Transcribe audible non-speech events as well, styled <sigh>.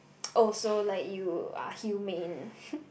oh so like you are humane <breath>